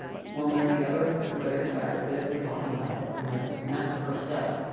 one way or the other, whether it's bad or good, we're talking about it, you know? and that's the first step.